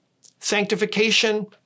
Sanctification